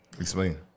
Explain